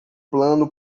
plano